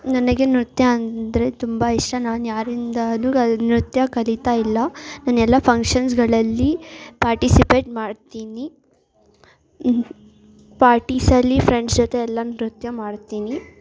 ನನಗೆ ನೃತ್ಯ ಅಂದರೆ ತುಂಬ ಇಷ್ಟ ನಾನು ಯಾರಿಂದನು ಕಲ್ ನೃತ್ಯ ಕಲಿತಾ ಇಲ್ಲ ನಾನು ಎಲ್ಲ ಫಂಕ್ಷನ್ಸ್ಗಳಲ್ಲಿ ಪಾರ್ಟಿಸಿಪೇಟ್ ಮಾಡ್ತೀನಿ ಪಾರ್ಟೀಸಲ್ಲಿ ಫ್ರೆಂಡ್ಸ್ ಜೊತೆ ಎಲ್ಲ ನೃತ್ಯ ಮಾಡ್ತೀನಿ